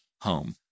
home